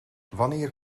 wanneer